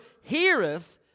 heareth